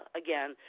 again